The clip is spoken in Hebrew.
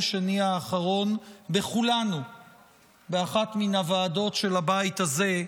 שני האחרון בכולנו באחת מן הוועדות של הבית הזה,